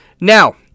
Now